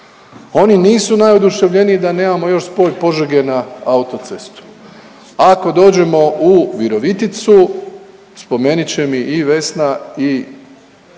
Oni nisu najoduševljeniji da nemamo još spoj Požege na autocestu. Ako dođemo u Viroviticu, spomenit će mi i Vesna i